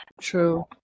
True